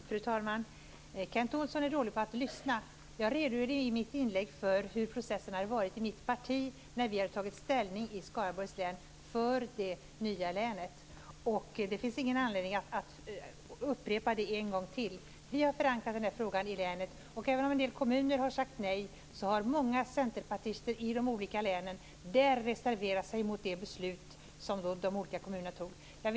Fru talman! Kent Olsson är dålig på att lyssna. Jag redogjorde i mitt inlägg för hur processen hade varit i mitt parti när vi tog ställning i Skaraborgs län för det nya länet. Det finns ingen anledning att upprepa det en gång till. Vi har förankrat den här frågan i länet. Även om en del kommuner har sagt nej har många centerpartister i de olika länen reserverat sig mot det beslut som de olika kommunerna fattade.